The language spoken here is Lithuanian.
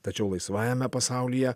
tačiau laisvajame pasaulyje